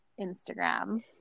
Instagram